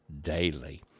daily